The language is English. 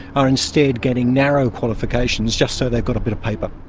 are instead getting narrow qualifications just so they've got a bit of paper.